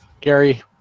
Gary